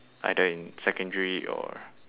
either in secondary or